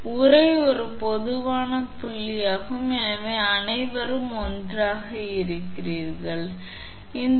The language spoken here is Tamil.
எனவே உறை ஒரு பொதுவான புள்ளியாகும் எனவே அனைவரும் ஒன்றாக இருக்கிறார்கள் எனவே அது ஒன்றாக இருக்கும் என்றால் அவை 3 இணையாக இருக்கும்